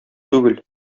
түгел